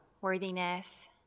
worthiness